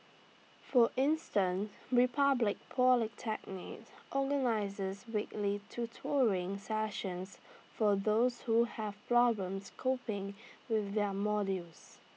for instance republic polytechnic organises weekly tutoring sessions for those who have problems coping with their modules